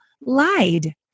lied